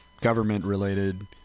government-related